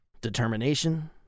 Determination